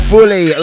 Fully